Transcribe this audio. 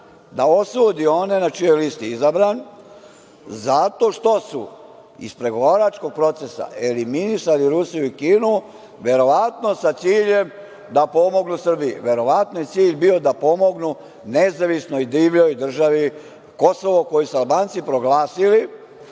da osudi one na čijoj je listi izabran zato što su iz pregovaračkog procesa eliminisali Rusiju i Kinu, a verovatno sa ciljem da pomognu Srbiji. Verovatno je cilj bio da pomognu nezavisnoj divljoj državi Kosovo koju su Albanci proglasili